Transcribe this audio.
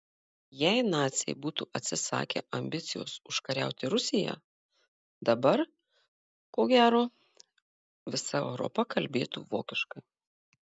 jei naciai būtų atsisakę ambicijos užkariauti rusiją dabar ko gero visa europa kalbėtų vokiškai